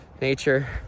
nature